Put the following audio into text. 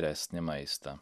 geresnį maistą